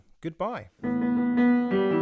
Goodbye